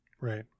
Right